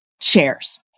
chairs